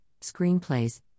screenplays